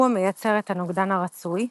הוא המייצר את הנוגדן הרצוי,